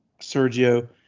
Sergio